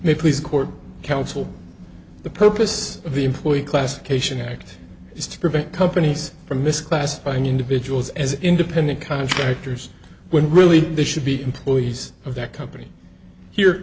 please court counsel the purpose of the employee classification act is to prevent companies from misclassifying individuals as independent contractors when really they should be employees of that company here